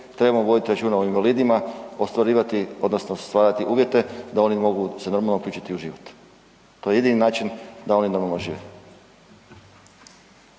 trebamo voditi računa o invalidima, ostvarivati odnosno stvarati uvjete da oni mogu se normalno uključiti u život. To je jedini način da oni normalno žive.